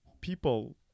people